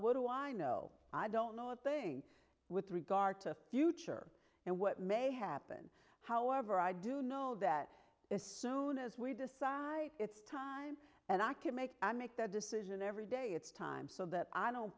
what do i know i don't know if think with regard to future and what may happen however i do know that as soon as we decide it's time and i can make i make that decision every day it's time so that i don't